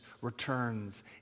returns